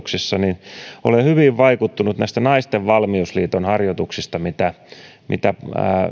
harjoituksiin niin olen hyvin vaikuttunut näistä naisten valmiusliiton harjoituksista mitä mitä